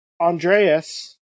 Andreas